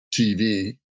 TV